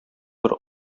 бер